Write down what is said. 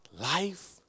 Life